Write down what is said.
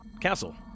Castle